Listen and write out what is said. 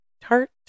tart